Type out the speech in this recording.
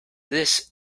this